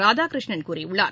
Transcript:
ராதாகிருஷ்ணன் கூறியுள்ளார்